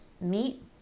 meat